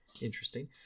interesting